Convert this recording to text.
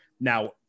Now